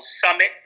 summit